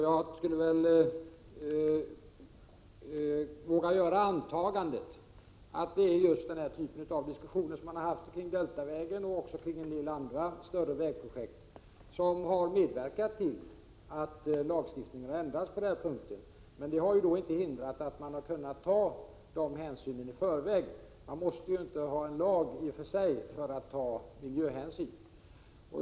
Jag vågar göra antagandet att det är just denna typ av diskussioner — om Deltavägen och även andra större vägprojekt — som har medverkat till att lagstiftningen har ändrats på denna punkt. Men det har inte hindrat att man har kunnat ta dessa hänsyn i förväg. I och för sig måste man inte ha en lag för att kunna ta miljöhänsyn.